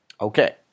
Okay